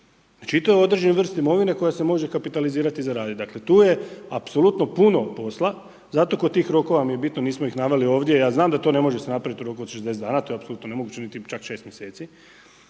Znači, i to je određena vrsta imovine koja se može kapitalizirati za radit. Dakle, tu je apsolutno puno posla, zato kod tih rokova mi je bitno, mi smo ih naveli ovdje, ja znam da to ne može se napraviti u roku od 60 dana. To je apsolutno nemoguće, niti čak 6 mjeseci,